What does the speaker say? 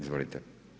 Izvolite.